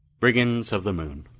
brigands of the moon,